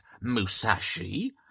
Musashi